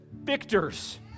victors